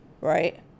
Right